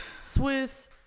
Swiss